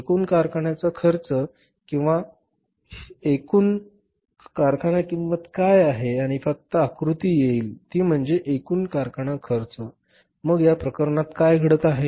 एकूण कारखान्याचा खर्च किंवा ही एकूण कारखाना किंमत आहे आणि फक्त एक आकृती येथे येईल ती म्हणजे एकूण कारखाना खर्च मग या प्रकरणात काय घडत आहे